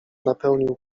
napełnił